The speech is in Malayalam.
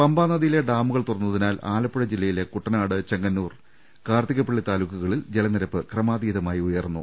പമ്പ നദിയിലെ ഡാമുകൾ തുറന്നതിനാൽ ആലപ്പുഴ ജില്ലയിലെ കുട്ടനാട് ചെങ്ങന്നൂർ കാർത്തികപ്പള്ളി താലൂക്കുകളിൽ ജലനിരപ്പ് ക്രമാതീതമായി ഉയർന്നു